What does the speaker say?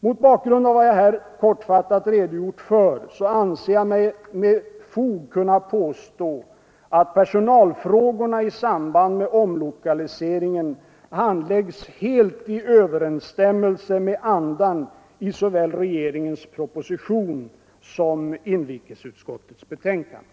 Mot bakgrund av vad jag här kortfattat redogjort för anser jag mig med fog kunna påstå att personalfrågorna i samband med omlokaliseringen handläggs helt i överensstämmelse med andan i såväl regeringens proposition som inrikesutskottets betänkande.